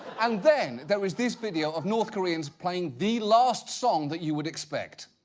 and then there is this video of north koreans playing the last song that you would expect.